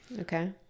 Okay